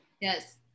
Yes